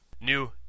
New